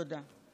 תודה.